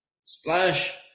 splash